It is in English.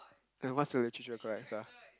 then what's your literature background